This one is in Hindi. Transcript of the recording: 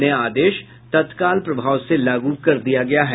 नया आदेश तत्काल प्रभाव से लागू कर दिया गया है